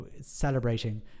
celebrating